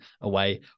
away